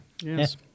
Yes